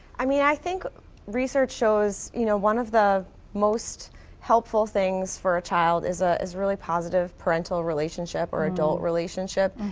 i mean i think research shows you know one of the most helpful things for a child is ah a really positive parental relationship or adult relationship.